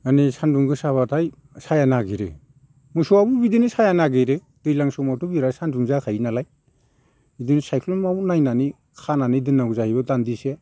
माने सानदुं गोसाबाथाय साया नागिरो मोसौआबो बिदिनो साया नागिरो दैज्लां समावथ' बिराद सानदुं जाखायो नालाय बिदिनो सायख्लुमाव नायनानै खानानै दोननांगौ जाहैबाय दान्दिसे